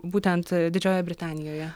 būtent didžiojoje britanijoje